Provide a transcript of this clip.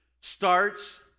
starts